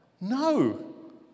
no